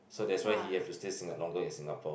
so that's why he have to stay Singa~ longer in Singapore